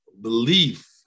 belief